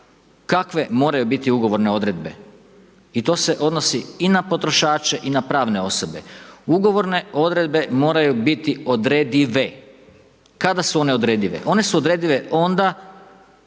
kakve moraju biti ugovorne odredbe i to se odnosi i na potrošače i na pravne osobe. Ugovorne odredbe moraju biti odredive. Kada su one odredive? One su odredive onda